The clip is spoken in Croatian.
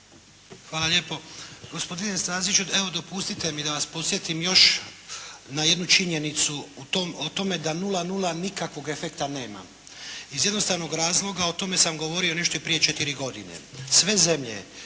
Hvala lijepo. Gospodine Staziću, evo dopustite mi da vas podsjetim još na jednu činjenicu o tome da 0,0 nikakvog efekta nema. Iz jednostavnog razloga, o tome sam govorio i nešto i prije četiri godine. Sve zemlje